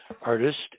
artist